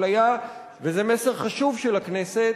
וזה מסר חשוב של הכנסת.